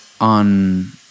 on